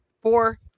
four